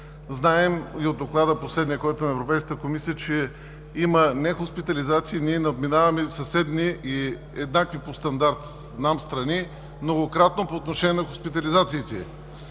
Знаем и от последния доклад на Европейската комисия, че има нехоспитализации, а ние надминаваме съседни и еднакви по стандарт нам страни многократно по отношение на хоспитализациите.